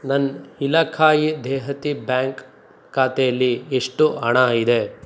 ನನ್ನ Ellaquai Dehati Bank ಖಾತೆಲಿ ಎಷ್ಟು ಹಣ ಇದೆ